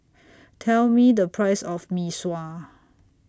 Tell Me The Price of Mee Sua